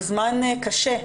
זה זמן קשה.